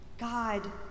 God